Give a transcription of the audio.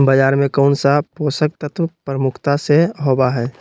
बाजरा में कौन सा पोषक तत्व प्रमुखता से होबा हई?